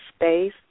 space